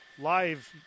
live